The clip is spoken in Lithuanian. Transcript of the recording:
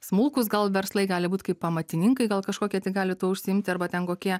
smulkūs gal verslai gali būt kaip amatininkai gal kažkokie tai gali tuo užsiimt arba ten kokie